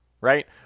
Right